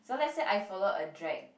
so let's say I follow a drag